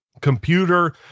computer